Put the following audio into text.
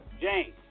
James